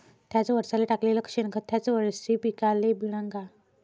थ्याच वरसाले टाकलेलं शेनखत थ्याच वरशी पिकाले मिळन का?